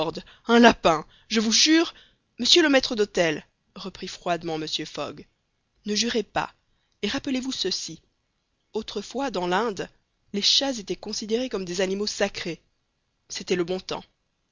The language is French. un lapin je vous jure monsieur le maître d'hôtel reprit froidement mr fogg ne jurez pas et rappelez-vous ceci autrefois dans l'inde les chats étaient considérés comme des animaux sacrés c'était le bon temps